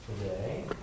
today